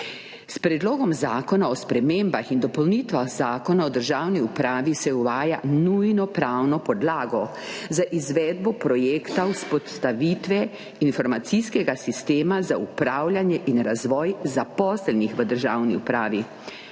S Predlogom zakona o spremembah in dopolnitvah Zakona o državni upravi se uvaja nujna pravna podlaga za izvedbo projekta vzpostavitve informacijskega sistema za upravljanje in razvoj zaposlenih v državni upravi,